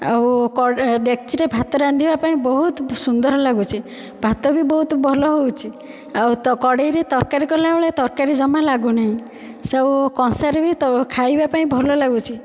ଆଉ ଡେକ୍ଚିରେ ଭାତ ରାନ୍ଧିବାପାଇଁ ବହୁତ ସୁନ୍ଦର ଲାଗୁଛି ଭାତ ବି ବହୁତ ଭଲ ହେଉଛି ଆଉ ତ କଡ଼େଇରେ ତରକାରୀ କଲା ବେଳେ ତରକାରୀ ଜମା ଲାଗୁନାହିଁ ସେ କଂସାରେ ବି ତ ଖାଇବା ପାଇଁ ଭଲ ଲାଗୁଛି